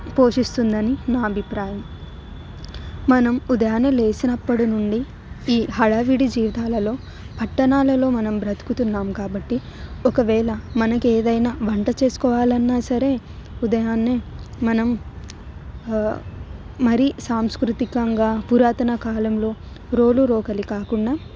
పోషిస్తుందని నా అభిప్రాయం మనం ఉదయాన్నే లేచినప్పుడు నుండి ఈ హడావిడి జీవితాలలో పట్టణాలలో మనం బ్రతుకుతున్నాం కాబట్టి ఒకవేళ మనకు ఏదైనా వంట చేసుకోవాలన్నా సరే ఉదయాన్నే మనం మరి సాంస్కృతికంగా పురాతన కాలంలో రోళ్ళు రోకలి కాకుండా